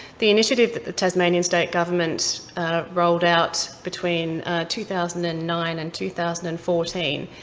the initiative that the tasmanian state government rolled out between two thousand and nine and two thousand and fourteen.